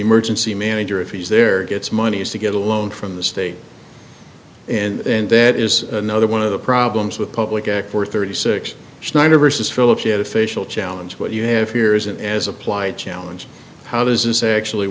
emergency manager if he's there gets money is to get a loan from the state and that is another one of the problems with public act four thirty six snyder versus phillips head of facial challenge what you have here is an as applied challenge how does this actually